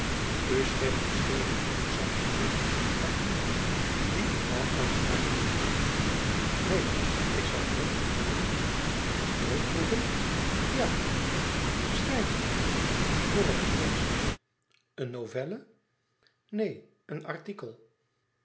schreef misschien een interessanten brief aan iemand die u na aan het hart ligt neen ik zag drukproeven na drukproeven ja schrijft u voor het eerst een novelle neen een artikel